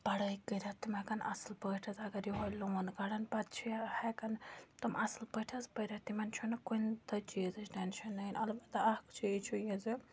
پَڑھٲے کٔرِتھ تِم ہٮ۪کَن اَصٕل پٲٹھۍ حظ اگر یِہوٚے لون کَڑَن پَتہٕ چھِ ہٮ۪کان تِم اَصٕل پٲٹھۍ حظ پٔرِتھ تِمَن چھُنہٕ کُنہِ تہِ چیٖزٕچ ٹٮ۪نشَن نِنۍ البتہ اکھ چیٖز چھُ یہِ زِ